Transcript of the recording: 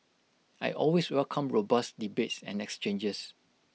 I always welcome robust debates and exchanges